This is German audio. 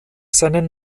seinen